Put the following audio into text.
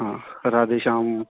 ਹਾਂ ਰਾਧੇ ਸ਼ਾਮ